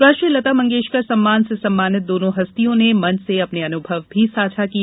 राष्ट्रीय लता मंगेषकर सम्मान से सम्मानित दोनों हस्तियों ने मंच से अपने अनुभव भी साझा किए